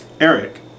Eric